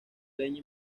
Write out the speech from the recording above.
leña